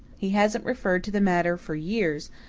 he hasn't referred to the matter for years,